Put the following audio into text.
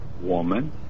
woman